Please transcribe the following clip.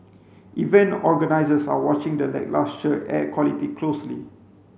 event organisers are watching the lacklustre air quality closely